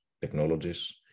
technologies